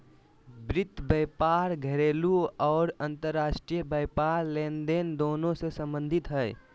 वित्त व्यापार घरेलू आर अंतर्राष्ट्रीय व्यापार लेनदेन दोनों से संबंधित हइ